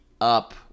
up